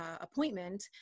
appointment